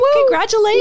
congratulations